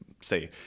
say